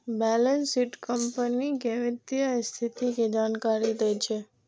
balance sheet company के वित्तीय स्थिति के जानकारी दै छै